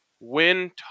win